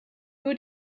who